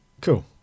Cool